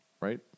right